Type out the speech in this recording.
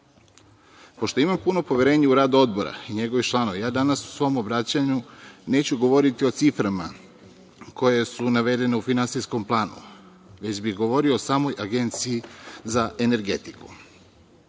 planu. Pošto imam puno poverenje u rad Odbora i njegovih članova, danas u svom obraćanju neću govoriti o ciframa koje su navedene u Finansijskom planu, već bih govorio samo o Agenciji za energetiku.